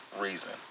reason